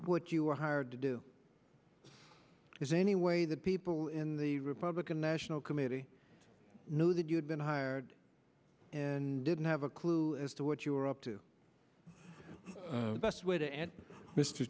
what you were hired to do is anyway that people in the republican national committee know that you had been hired and didn't have a clue as to what you were up to the best way to and mr